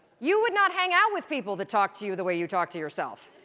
you would not hang out with people that talk to you the way you talk to yourself.